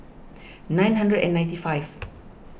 nine hundred and ninety five